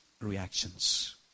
reactions